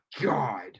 God